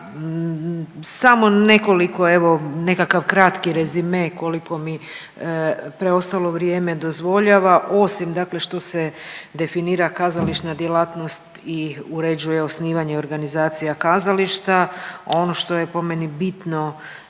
Samo nekoliko evo nekakav kratki rezime koliko mi preostalo vrijeme dozvoljava. Osim dakle što se definira kazališna djelatnost i uređuje osnivanje i organizacija kazališta ono što je po meni bitno,